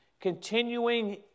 continuing